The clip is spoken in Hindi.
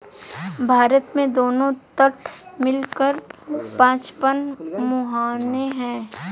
भारत में दोनों तट मिला कर पचपन मुहाने हैं